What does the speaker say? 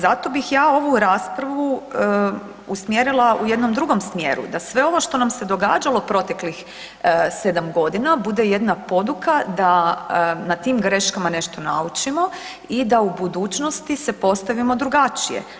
Zato bih ja ovu raspravu usmjerila u jednom drugom smjeru, da sve ovo što nam se događalo proteklih 7 godina bude jedna poduka da na tim greškama nešto naučimo i da u budućnosti se postavimo drugačije.